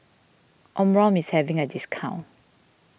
Omron is having a discount